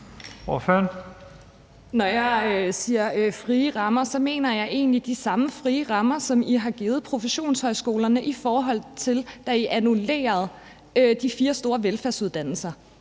Når jeg siger frie rammer, mener jeg egentlig de samme frie rammer, som I har givet professionshøjskolerne, i forhold til da I annullerede de fire store velfærdsuddannelser.